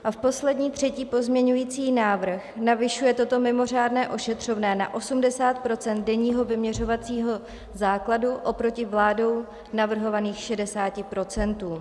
A poslední, třetí pozměňovací návrh navyšuje toto mimořádné ošetřovné na 80 % denního vyměřovacího základu oproti vládou navrhovaných 60 %.